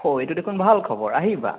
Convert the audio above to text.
ঔ সেইতো দেখুন ভাল খবৰ আহিবা